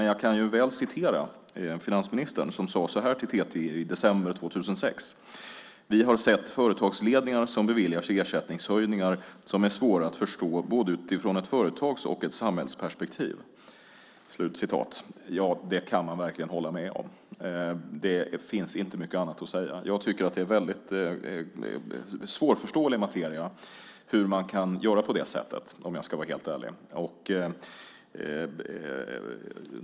Jag kan citera finansministern som sade så här till TT i december 2006: Vi har sett företagsledningar som beviljar sig ersättningshöjningar som är svåra att förstå både utifrån ett företags och ett samhällsperspektiv. Det kan man verkligen hålla med om. Det finns inte mycket annat att säga. Om jag ska vara helt ärlig tycker jag att det är svårt att förstå hur man kan göra på det sättet.